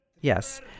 yes